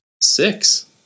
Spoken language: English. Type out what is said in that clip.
Six